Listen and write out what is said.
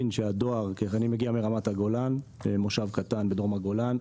אני מגיע מישוב קטן בדרום רמת הגולן.